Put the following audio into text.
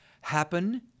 happen